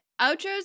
outros